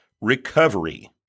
recovery